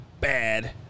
Bad